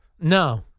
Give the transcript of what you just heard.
No